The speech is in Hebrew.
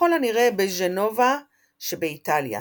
ככל הנראה בג'נובה שבאיטליה,